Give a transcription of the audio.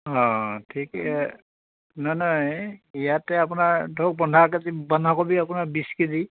অঁ ঠিকে নহয় নহয় ইয়াতে আপোনাৰ ধৰক বন্ধা কেজি বন্ধাকবি আপোনাৰ বিছ কেজি